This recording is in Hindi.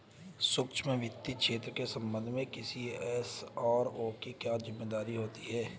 सूक्ष्म वित्त क्षेत्र के संबंध में किसी एस.आर.ओ की क्या जिम्मेदारी होती है?